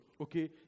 okay